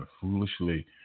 foolishly